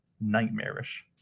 nightmarish